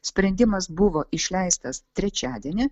sprendimas buvo išleistas trečiadienį